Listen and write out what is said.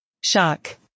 Shock